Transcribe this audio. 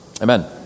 Amen